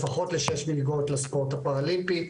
לפחות לשש מלגות לספורט הפראלימפי.